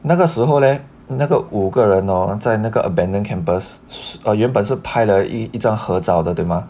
那个时候嘞那个五个人 hor 在那个 abandoned campus 原本是拍了一张合照的对吗